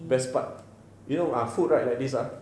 best part you know ah food right like this ah